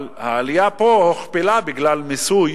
אבל העלייה פה הוכפלה בגלל מיסוי